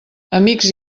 amics